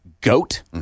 Goat